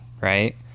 right